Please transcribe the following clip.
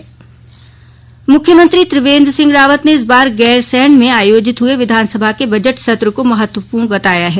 कार्यक्रम मुख्यमंत्री त्रिवेन्द्र सिंह रावत ने इस बार गैरसैंण में आयोजित हुए विधानसभा के बजट सत्र को महत्वपूर्ण बताया है